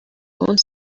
want